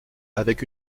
avec